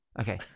Okay